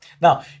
Now